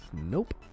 Nope